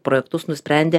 projektus nusprendė